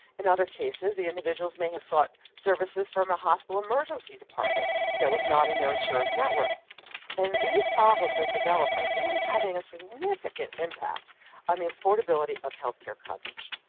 in other cases, the individuals may have sought services from a hospital emergency department that was not in their insurance network and these problems that develop are really having a significant impact on the affordability of healthcare coverage.